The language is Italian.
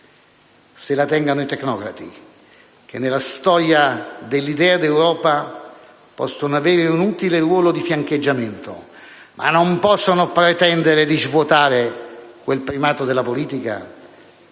se la tengano i tecnocrati, che nella storia dell'idea d'Europa possono avere un utile ruolo di fiancheggiamento, ma non possono pretendere di svuotare quel primato della politica